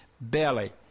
belly